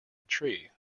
tree